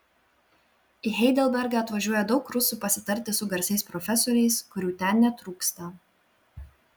į heidelbergą atvažiuoja daug rusų pasitarti su garsiais profesoriais kurių ten netrūksta